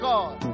God